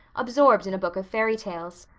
absorbed in a book of fairy tales.